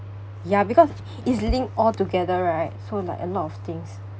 ya because it's linked all together right so like a lot of things